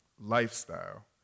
lifestyle